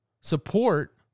support